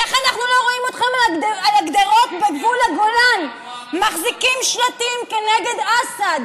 איך אנחנו לא רואים אתכם על הגדרות בגבול הגולן מחזיקים שלטים כנגד אסד?